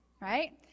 Right